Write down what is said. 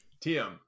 TM